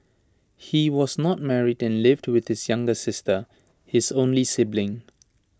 he was not married and lived with his younger sister his only sibling